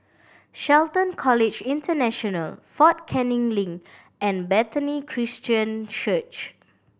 Shelton College International Fort Canning Link and Bethany Christian Church